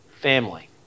family